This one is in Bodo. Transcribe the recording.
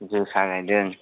जोसा गायदों